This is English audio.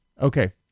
Okay